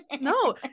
no